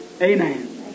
Amen